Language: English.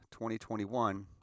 2021